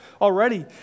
already